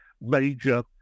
major